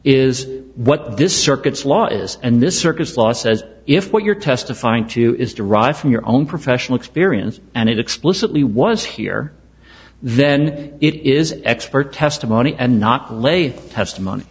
is what this circuits law is and this circus law says if what you're testifying to is derived from your own professional experience and it explicitly was here then it is expert testimony and not lay testimony